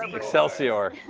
um excelsior.